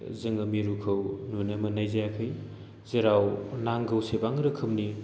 जोङो मिरुखौ नुनो मोन्नाय जायाखै जेराव नांगौ सेबां रोखोमनि